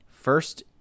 first